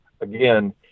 Again